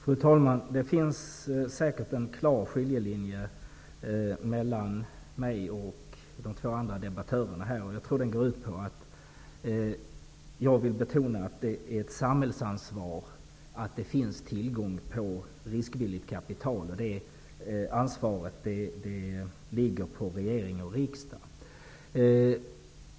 Fru talman! Det finns säkert en klar skiljelinje mellan mig och de två andra debattörerna här. Jag tror att den beror på att jag vill betona att det är samhällets ansvar att det finns tillgång till riskvilligt kapital. Det ansvaret ligger på regering och riksdag.